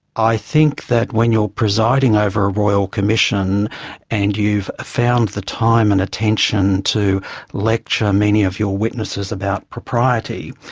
i think that when you're presiding over a royal commission and you've found the time and attention to lecture many of your witnesses about propriety,